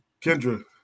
Kendra